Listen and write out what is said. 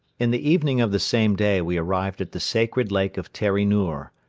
in the evening of the same day we arrived at the sacred lake of teri noor,